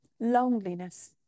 Loneliness